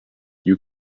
you